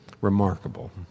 remarkable